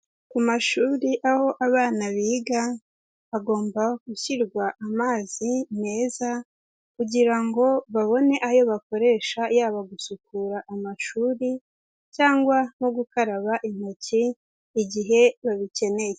Mu mashuri aho abana biga hagomba gushyirwa amazi meza kugira ngo babone ayo bakoresha, yaba gusukura amashuri cyangwa nko gukaraba intoki igihe babikeneye.